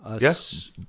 Yes